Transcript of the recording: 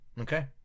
Okay